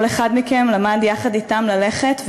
כל אחד מכם למד יחד אתם ללכת,